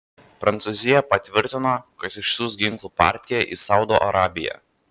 prancūzija patvirtino kad išsiųs ginklų partiją į saudo arabiją